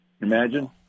Imagine